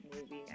movie